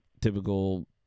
typical